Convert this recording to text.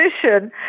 position